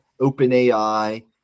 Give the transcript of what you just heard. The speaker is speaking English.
openai